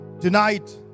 Tonight